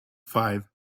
five